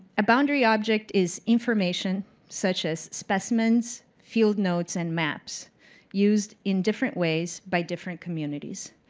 a boundary object is information such as specimens, field notes, and maps used in different ways by different communities.